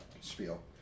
spiel